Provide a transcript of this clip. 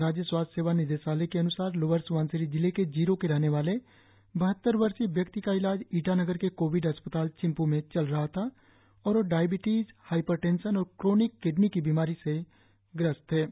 राज्य स्वास्थ्य सेवा निदेशालय के अन्सार लोअर स्बनसिरी जिले के जीरो के रहने वाले बहत्तर वर्षीय व्यक्ति का इलाज ईटानगर के कोविड अस्पताल चिंपू में चल रहा था और वे डायबिटिज हाईपर टेंशन और क्रोनिक किडनी की बीमारी से ग्रस्त थे